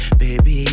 baby